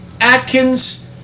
Atkins